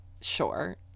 sure